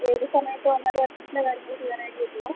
ഏത് സമയത്ത് വന്നാലും അഡ്മിഷൻ്റെ കാര്യങ്ങൾ ചെയ്യാനായിട്ട് പറ്റുമോ